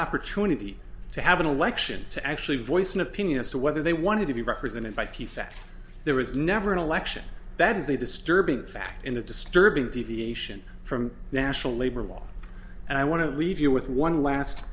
opportunity to have an election to actually voice an opinion as to whether they wanted to be represented by keith that there was never an election that is a disturbing fact in a disturbing deviation from national labor law and i want to leave you with one last